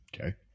Okay